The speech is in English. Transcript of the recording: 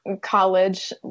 college